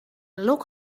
look